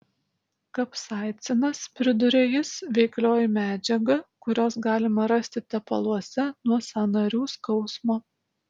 kapsaicinas priduria jis veiklioji medžiaga kurios galima rasti tepaluose nuo sąnarių skausmo